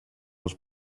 els